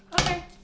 okay